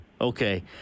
Okay